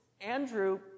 Andrew